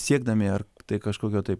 siekdami ar tai kažkokio tai